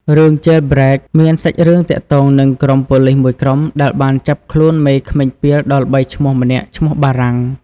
រឿង "Jailbreak" មានសាច់រឿងទាក់ទងនឹងក្រុមប៉ូលិសមួយក្រុមដែលបានចាប់ខ្លួនមេក្មេងពាលដ៏ល្បីឈ្មោះម្នាក់ឈ្មោះបារាំង។